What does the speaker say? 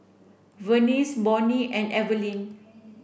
Vernice Bonny and Evelyn